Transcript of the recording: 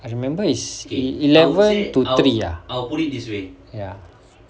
I remember is a eleven to three ah ya